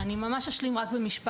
אני אשלים ממש רק במשפט,